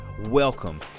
welcome